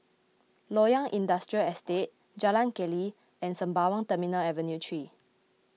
Loyang Industrial Estate Jalan Keli and Sembawang Terminal Avenue three